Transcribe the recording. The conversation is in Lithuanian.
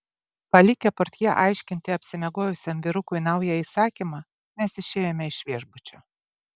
palikę portjė aiškinti apsimiegojusiam vyrukui naują įsakymą mes išėjome iš viešbučio